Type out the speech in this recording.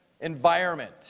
environment